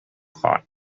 hot